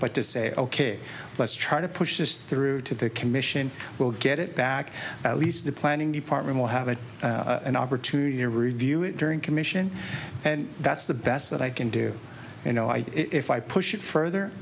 but to say ok let's try to push this through to the commission we'll get it back at least the planning department will have an opportunity to review it during commission and that's the best that i can do you know i if i push it